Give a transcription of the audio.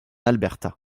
alberta